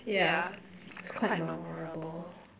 yeah it's quite memorable